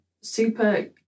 super